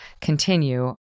continue